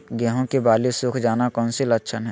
गेंहू की बाली सुख जाना कौन सी लक्षण है?